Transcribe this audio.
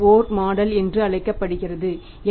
J